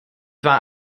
war